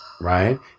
Right